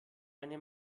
eine